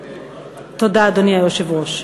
תודה, אדוני היושב-ראש.